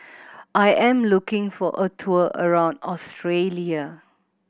I am looking for a tour around Australia